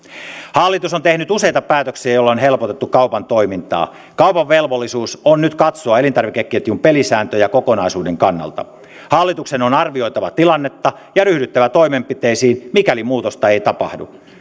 hallitus on tehnyt useita päätöksiä joilla on helpotettu kaupan toimintaa kaupan velvollisuus on nyt katsoa elintarvikeketjun pelisääntöjä kokonaisuuden kannalta hallituksen on arvioitava tilannetta ja ryhdyttävä toimenpiteisiin mikäli muutosta ei tapahdu